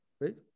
right